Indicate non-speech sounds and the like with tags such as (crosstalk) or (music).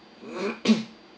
(coughs)